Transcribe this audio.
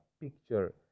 picture